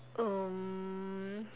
um